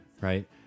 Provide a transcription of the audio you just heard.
Right